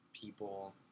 people